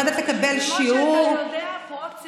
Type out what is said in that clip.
יודע שאנחנו צריכים לבקש ממך אישורים.